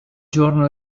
giorno